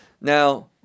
now